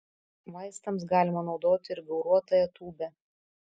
vaistams galima naudoti ir gauruotąją tūbę